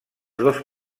dos